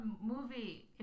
movie